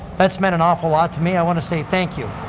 that's meant an awful lot to me. i want to say thank you.